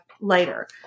later